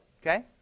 Okay